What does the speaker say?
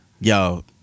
Yo